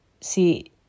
see